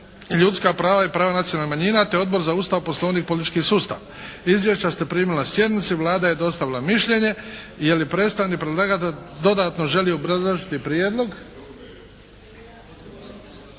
ljudska prava i prava nacionalnih manjina te Odbor za Ustav, Poslovnik i politički sustav. Izvješća ste primili na sjednici. Vlada je dostavila mišljenje. Je li predstavnik predlagatelja dodatno želi obrazložiti prijedlog?